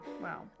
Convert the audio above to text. wow